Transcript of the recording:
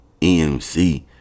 EMC